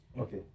Okay